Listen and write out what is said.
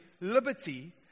liberty